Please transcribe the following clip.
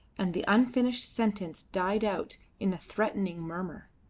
and the unfinished sentence died out in a threatening murmur.